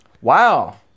Wow